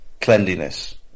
cleanliness